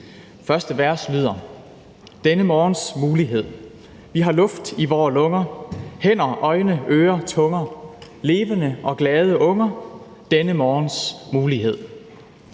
Første vers lyder: »Denne morgens mulighed/Vi har luft i vore lunger/Hænder, øjne, ører, tunger/Levende og glade unger/Denne morgens mulighed.«